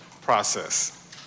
process